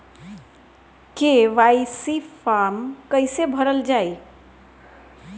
KYC form कइसे भरल जाइ?